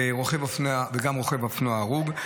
וגם רוכב אופנוע הרוג.